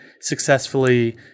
successfully